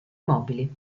mobili